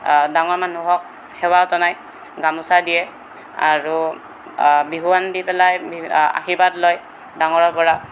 ডাঙৰ মানুহক সেৱা জনাই গামোচা দিয়ে আৰু বিহুৱান দি পেলাই আশীৰ্বাদ লয় ডাঙৰৰপৰা